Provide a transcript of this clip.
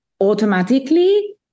automatically